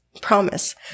promise